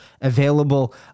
available